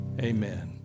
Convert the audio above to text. Amen